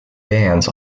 bans